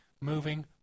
moving